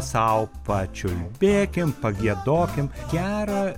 sau pačiulbėkim pagiedokim gerą